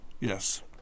yes